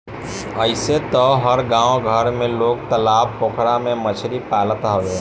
अइसे तअ हर गांव घर में लोग तालाब पोखरा में मछरी पालत हवे